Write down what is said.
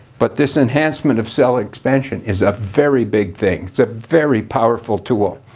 but this enhancement of cell expansion is a very big thing. it's a very powerful tool.